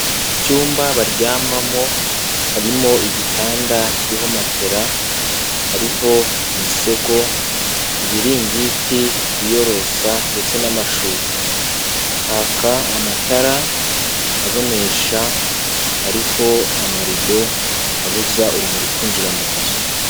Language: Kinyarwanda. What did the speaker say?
icyumba baryamamo harimo igitanda kiriho matela, hariho imisego, ibiringiti biyorosa ndetse n'amashuka haka amatara abonesha ndetse n'amarido abuza urumuri kwinjira mu nzu.